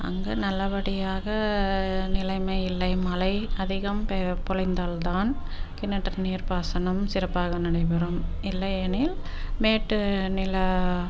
அங்கே நல்ல படியாக நிலைமை இல்லை மழை அதிகம் பொழிந்தால் தான் கிணற்று நீர் பாசனம் சிறப்பாக நடைபெறும் இல்லையெனில் மேட்டு நில